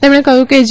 તેમણે કહ્યું કે જે